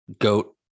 goat